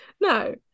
No